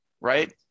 right